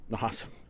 Awesome